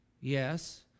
yes